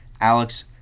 Alex